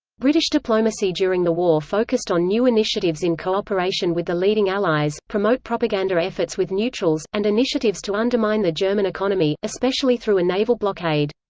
british diplomacy during the war focused on new initiatives in cooperation with the leading allies, promote propaganda efforts with neutrals, and initiatives to undermine the german economy, especially through a naval blockade.